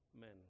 men